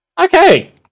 Okay